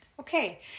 Okay